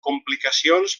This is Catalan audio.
complicacions